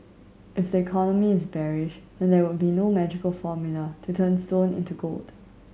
if the economy is bearish then there would be no magical formula to turn stone into gold